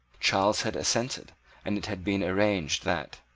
charles had assented and it had been arranged that,